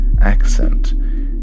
accent